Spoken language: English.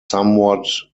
somewhat